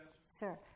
sir